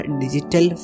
digital